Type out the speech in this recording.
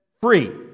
free